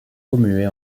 commuée